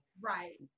right